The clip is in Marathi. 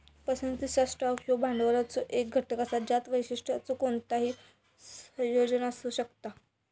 पसंतीचा स्टॉक ह्यो भांडवलाचो एक घटक असा ज्यात वैशिष्ट्यांचो कोणताही संयोजन असू शकता